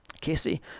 Casey